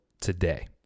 today